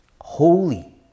holy